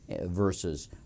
versus